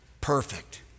Perfect